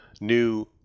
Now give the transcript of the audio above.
new